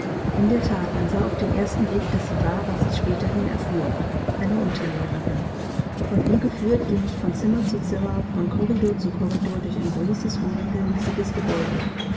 in der that man sah auf den ersten blick daß sie war was ich späterhin erfuhr eine unterlehrerin von ihr geführt ging ich von zimmer zu zimmer von korridor zu korridor durch ein großes unregelmäßiges gebäude